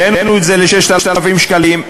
העלינו את זה ל-6,000 שקלים,